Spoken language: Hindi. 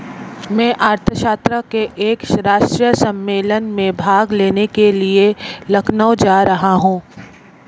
मैं अर्थशास्त्र के एक राष्ट्रीय सम्मेलन में भाग लेने के लिए लखनऊ जा रहा हूँ